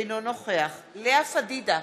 אינו נוכח לאה פדידה,